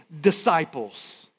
disciples